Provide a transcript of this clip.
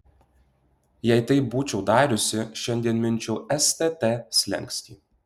jei taip būčiau dariusi šiandien minčiau stt slenkstį